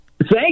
Thank